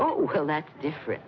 oh well that's different